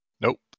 Nope